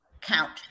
count